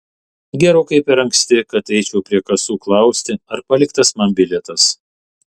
gerokai per anksti kad eičiau prie kasų klausti ar paliktas man bilietas